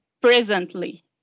presently